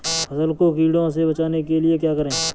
फसल को कीड़ों से बचाने के लिए क्या करें?